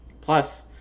Plus